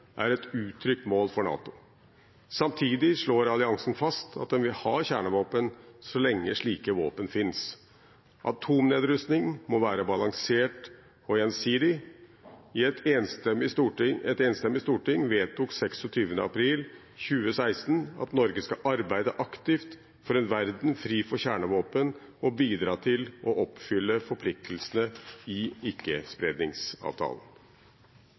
er et uttrykt mål for NATO. Samtidig slår alliansen fast at den vil ha kjernevåpen så lenge slike våpen finnes. Atomnedrustning må være balansert og gjensidig. Et enstemmig storting vedtok 26. april 2016 at Norge skal arbeide aktivt for en verden fri for kjernevåpen og bidra til å oppfylle forpliktelsene i ikkespredningsavtalen.